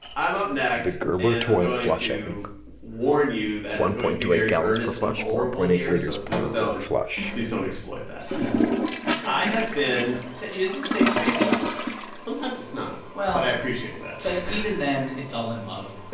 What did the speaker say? i'm up next. and i'm going to warn you that i'm going to be very earnest and vulnerable here. so please don't please don't exploit that ok i have been. this is a safe space, scott sometimes, it's not well. but i appreciate that but even then, it's all in love